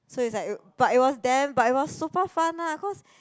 so it's like but it was damn but it was super fun lah cause